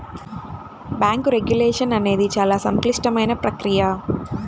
bank regulation అనేది చాలా సంక్లిష్టమైన ప్రక్రియ